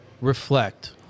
reflect